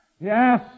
Yes